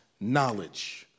knowledge